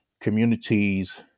communities